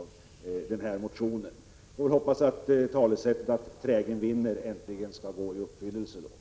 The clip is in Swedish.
Vi får väl hoppas att talesättet att trägen vinner äntligen skall gå i uppfyllelse.